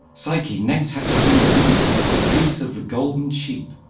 psyche next had to bring venus the fleece of the golden sheep,